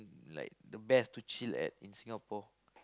like the best to chill at in Singapore